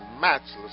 matchless